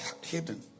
hidden